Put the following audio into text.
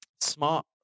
smart